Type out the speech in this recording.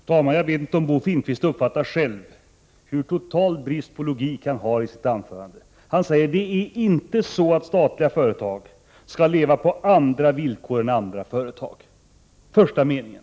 Herr talman! Jag vet inte om Bo Finnkvist själv uppfattar vilken total brist på logik det är i hans anförande. Han säger: Det är inte så att statliga företag skall leva på andra villkor än andra företag. Det är första meningen.